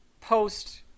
post